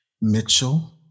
Mitchell